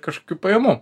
kažkokių pajamų